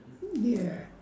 mm ya